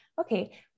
okay